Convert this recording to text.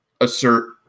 assert